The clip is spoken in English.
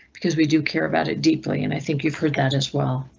because we do care about it deeply, and i think you've heard that as well.